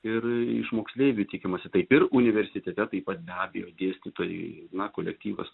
ir iš moksleivių tikimasi taip ir universitete taip pat be abejo dėstytojai na kolektyvas